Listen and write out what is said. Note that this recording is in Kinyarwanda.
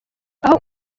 aho